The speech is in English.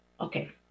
Okay